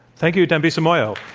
thank you, dambisa moyo.